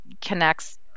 connects